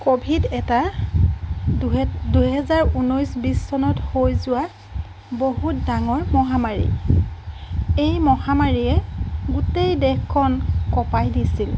Covid এটা দুহেত দুহেজাৰ ঊনৈছ বিচ চনত হৈ যোৱা বহুত ডাঙৰ মহামাৰী এই মহামাৰীয়ে গোটেই দেশখন কঁপাই দিছিল